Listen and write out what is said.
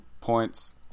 points